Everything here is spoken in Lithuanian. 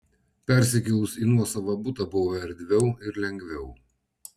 persikėlus į nuosavą butą buvo erdviau ir lengviau